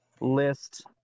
list